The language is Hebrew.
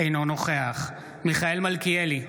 אינו נוכח מיכאל מלכיאלי,